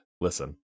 listen